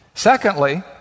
Secondly